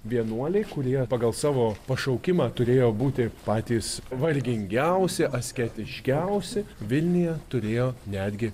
vienuoliai kurie pagal savo pašaukimą turėjo būti patys vargingiausi asketiškiausi vilniuje turėjo netgi